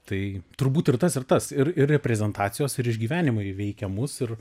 tai turbūt ir tas ir tas ir ir reprezentacijos ir išgyvenimai veikia mus ir